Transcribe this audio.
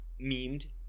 memed